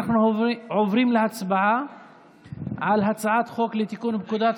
עוברים להצבעה על הצעת חוק לתיקון פקודת